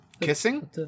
Kissing